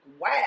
wow